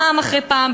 פעם אחרי פעם,